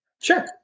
Sure